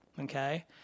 Okay